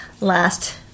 last